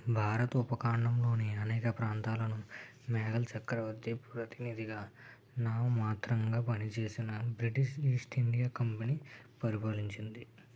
భారత ఉపఖండంలోని అనేక ప్రాంతాలను మొఘల్ చక్రవర్తి ప్రతినిధిగా నామమాత్రంగా పనిచేసిన బ్రిటీష్ ఈస్ట్ ఇండియా కంపెనీ పరిపాలించింది